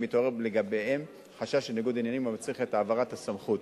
כי מתעורר לגביהם חשש לניגוד עניינים המצריך את העברת הסמכות.